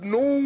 no